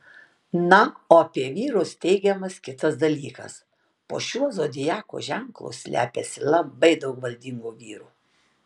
na o apie vyrus teigiamas kitas dalykas po šiuo zodiako ženklu slepiasi labai daug valdingų vyrų